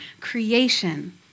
creation